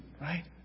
right